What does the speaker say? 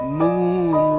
moon